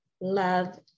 love